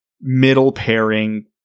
middle-pairing